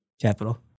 Capital